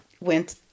went